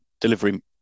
Delivery